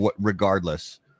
regardless